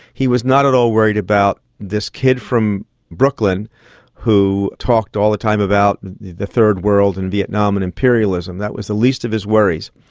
he was not at all worried about this kid from brooklyn who talked all the time about the the third world and vietnam and imperialism, that was the least of his worries.